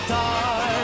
time